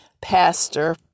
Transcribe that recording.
pastor